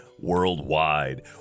worldwide